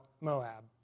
Moab